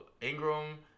Ingram